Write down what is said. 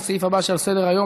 לסעיף הבא שעל סדר-היום,